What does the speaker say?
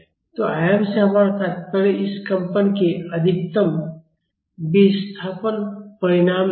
तो आयाम से हमारा तात्पर्य इस कंपन के अधिकतम विस्थापन परिमाण से है